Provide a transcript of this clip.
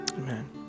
Amen